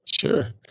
Sure